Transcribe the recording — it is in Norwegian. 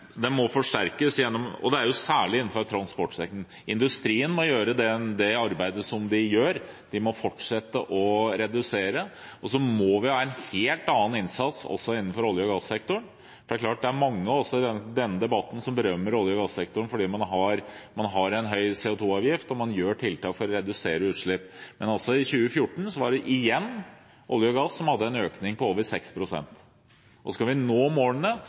særlig innenfor transportsektoren. Industrien må gjøre det arbeidet de gjør, de må fortsette å redusere. Så må vi ha en helt annen innsats også innenfor olje- og gassektoren. Det er mange også i denne debatten som berømmer olje- og gassektoren fordi man har en høy CO2-avgift og gjør tiltak for å redusere utslipp. Men i 2014 var det igjen olje- og gassektoren som hadde en økning på over 6 pst. Skal vi nå målene,